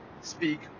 speak